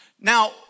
Now